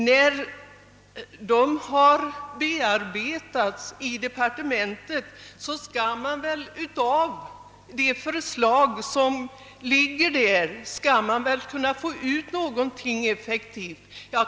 När förslagen sedan behandlas i departementet får vi väl anta att man där skall kunna sålla ut några effektiva botemedel.